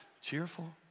cheerful